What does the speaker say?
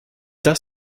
das